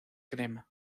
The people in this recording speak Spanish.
crema